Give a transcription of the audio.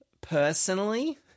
personally